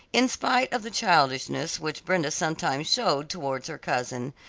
in spite of the childishness which brenda sometimes showed towards her cousin,